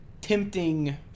tempting